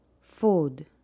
Food